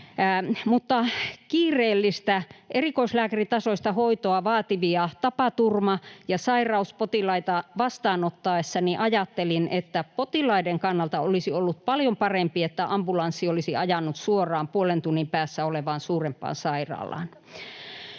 kiireellistä erikoislääkäritasoista hoitoa vaativia tapaturma- ja sairauspotilaita vastaanottaessani ajattelin, että potilaiden kannalta olisi ollut paljon parempi, että ambulanssi olisi ajanut suoraan puolen tunnin päässä olevaan suurempaan sairaalaan.